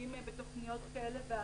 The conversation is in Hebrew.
מופיעים בתוכניות כאלה ואחרות.